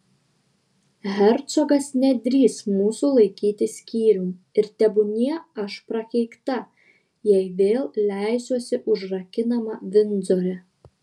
hercogas nedrįs mūsų laikyti skyrium ir tebūnie aš prakeikta jei vėl leisiuosi užrakinama vindzore